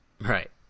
Right